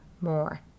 more